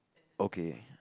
okay